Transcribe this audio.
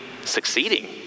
succeeding